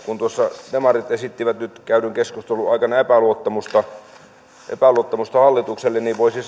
tuossa demarit esittivät nyt käydyn keskustelun aikana epäluottamusta epäluottamusta hallitukselle niin voisi